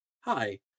hi